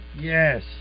Yes